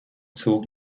zog